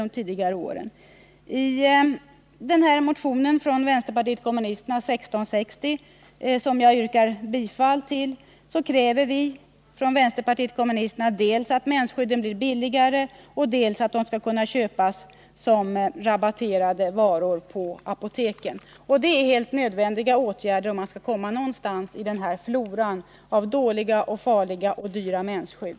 I motionen 1660 från vänsterpartiet kommunisterna, som jag yrkar bifall till, kräver vi dels att mensskydden blir billigare, dels att de skall kunna köpas som rabatterade varor på apoteken. Det är helt nödvändiga åtgärder om man skall komma någonstans med den här floran av dåliga, farliga och dyra mensskydd.